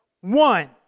One